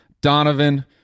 Donovan